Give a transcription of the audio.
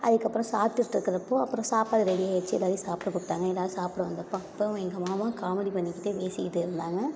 அதுக்கப்புறம் சாப்பிட்டுட்டு இருக்கிறப் போது அப்புறம் சாப்பாடு ரெடி ஆகிருச்சி எல்லாேரையும் சாப்பிட கூப்பிட்டாங்க எல்லாேரும் சாப்பிட வந்தப்போ அப்போ எங்கள் மாமா காமெடி பண்ணிக்கிட்டே பேசிக்கிட்டு இருந்தாங்க